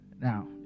Now